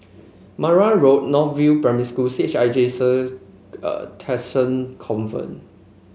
Marang Road North View Primary School C H I J St Theresa Convent